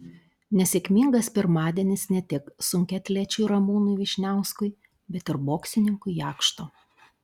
nesėkmingas pirmadienis ne tik sunkiaatlečiui ramūnui vyšniauskui bet ir boksininkui jakšto